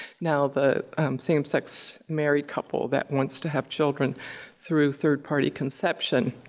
now the same-sex married couple that wants to have children through third-party conception.